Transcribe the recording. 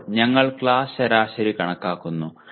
ഇപ്പോൾ ഞങ്ങൾ ക്ലാസ് ശരാശരി കണക്കാക്കുന്നു